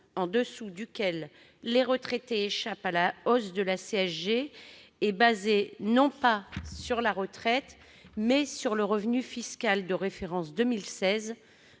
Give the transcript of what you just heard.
en dessous duquel les retraités échappent à la hausse de la CSG est basé non pas sur la retraite, mais sur le revenu fiscal de référence 2016,